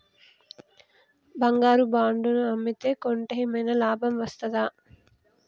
బంగారు బాండు ను అమ్మితే కొంటే ఏమైనా లాభం వస్తదా?